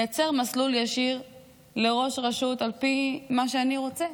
ולייצר מסלול ישיר לראש רשות על פי מה שאני רוצה.